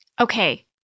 Okay